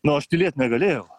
nu aš tylėt negalėjau